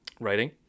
writing